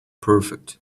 perfect